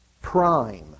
prime